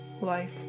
life